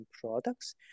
products